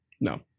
No